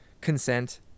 consent